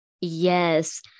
yes